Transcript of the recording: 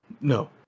No